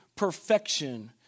perfection